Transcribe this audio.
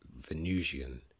Venusian